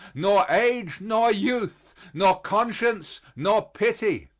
nor age nor youth, nor conscience nor pity.